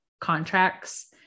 contracts